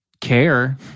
care